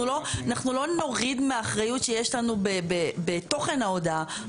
אנחנו לא נוריד מהאחריות שיש לנו בתוכן ההודעה.